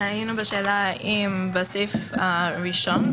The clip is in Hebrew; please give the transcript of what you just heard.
היינו בשאלה האם בסעיף הראשון,